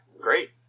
Great